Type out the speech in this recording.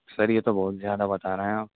سر یہ تو بہت زیادہ بتا رہے ہیں آپ